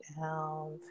down